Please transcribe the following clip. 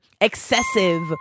excessive